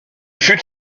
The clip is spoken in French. fut